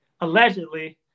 allegedly